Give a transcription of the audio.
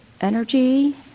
energy